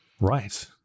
Right